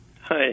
Hi